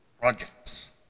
projects